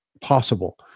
possible